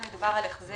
כאן מדובר על החזר